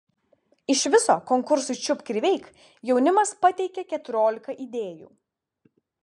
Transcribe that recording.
iš viso konkursui čiupk ir veik jaunimas pateikė keturiolika idėjų